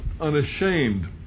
unashamed